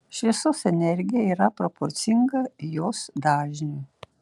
šviesos energija yra proporcinga jos dažniui